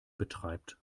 betreibt